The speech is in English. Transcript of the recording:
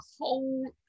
whole